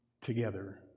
together